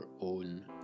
own